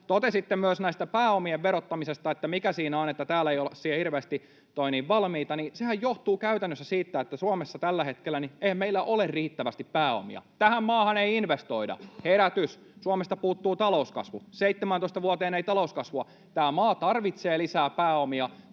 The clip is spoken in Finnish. Totesitte myös pääomien verottamisesta, että mikä siinä on, että täällä ei olla siihen hirveästi valmiita. Sehän johtuu käytännössä siitä, että meillä Suomessa tällä hetkellä ei ole riittävästi pääomia. Tähän maahan ei investoida. Herätys! Suomesta puuttuu talouskasvu — 17 vuoteen ei talouskasvua. Tämä maa tarvitsee lisää pääomia,